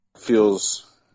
feels